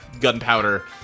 gunpowder